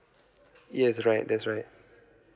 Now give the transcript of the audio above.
yes right that's right